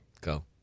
Go